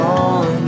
on